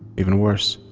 even worse,